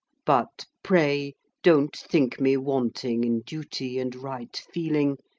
but pray don't think me wanting in duty and right feeling,